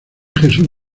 jesús